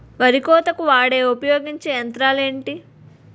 వరి కోతకు వాడే ఉపయోగించే యంత్రాలు ఏంటి?